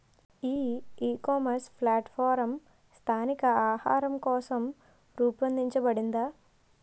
ఈ ecommerce platform స్థానిక ఆహారం కోసం రూపొందించబడిందా?